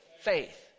Faith